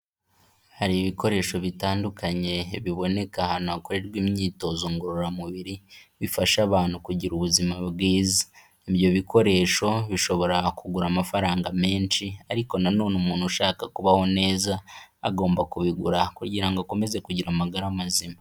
Hari ibikoresho bitandukanye biboneka ahantu hakorerwa imyitozo ngororamubiri, bifasha abantu kugira ubuzima bwiza, ibyo bikoresho bishobora kugura amafaranga menshi ariko na none umuntu ushaka kubaho neza, agomba kubigura kugira ngo akomeze kugira amagara mazima.